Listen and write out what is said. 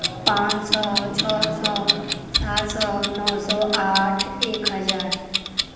पाँच सओ छओ सओ सात सओ नओ सओ आठ एक हजार